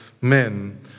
men